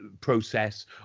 process